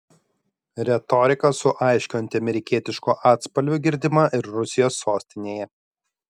retorika su aiškiu antiamerikietišku atspalviu girdima ir rusijos sostinėje